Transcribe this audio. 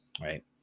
Right